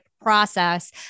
process